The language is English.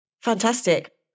Fantastic